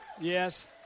Yes